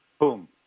Boom